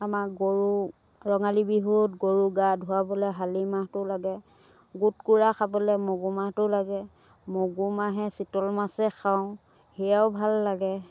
আমাৰ গৰু ৰঙালী বিহুত গৰুক গা ধুৱাবলৈ শালি মাহটো লাগে গোটকুৰা খাবলৈ মগুমাহটো লাগে মগু মাহে চিতল মাছে খাওঁ সেয়াও ভাল লাগে